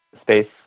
space